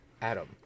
Adam